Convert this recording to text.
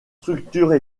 structures